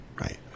right